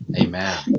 Amen